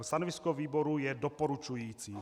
Stanovisko výboru je doporučující.